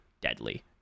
deadly